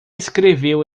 escreveu